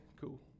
cool